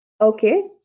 Okay